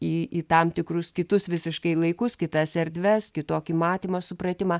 į į tam tikrus kitus visiškai laikus kitas erdves kitokį matymą supratimą